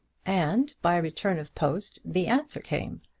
and by return of post the answer came.